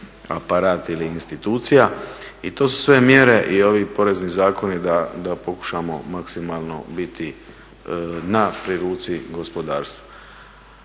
aparat ili institucija. I to su sve mjere i ovi porezni zakoni da pokušamo maksimalno biti pri ruci gospodarstvu.